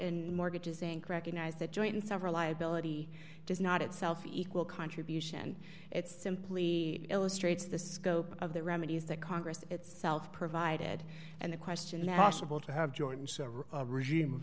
and mortgages inc recognized that joint and several liability does not itself equal contribution it's simply illustrates the scope of the remedies that congress itself provided and the question that possible to have jordan's regime